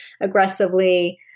aggressively